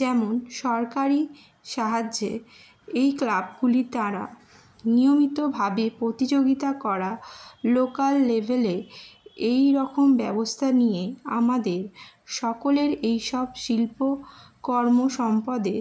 যেমন সরকারি সাহায্যে এই ক্লাবগুলি তারা নিয়মিতভাবে প্রতিযোগিতা করা লোকাল লেভেলে এই রকম ব্যবস্থা নিয়ে আমাদের সকলের এইসব শিল্প কর্ম সম্পদে